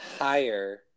higher